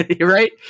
Right